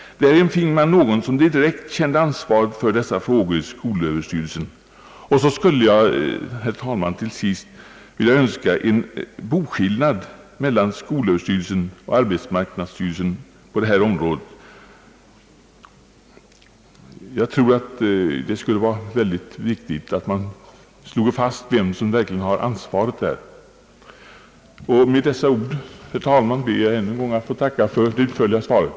Därigenom finge man någon inom skolöverstyrelsen som direkt kände ansvaret för dessa frågor. Till sist, herr talman, skulle jag vilja önska en boskillnad mellan skolöverstyrelsen och arbetsmarknadsstyrelsen på detta område. Jag tror att det skulle vara mycket viktigt att man sloge fast vem som verkligen har ansvaret i detta sammanhang. Med dessa ord, herr talman, ber jag än en gång att få tacka för det utförliga svaret.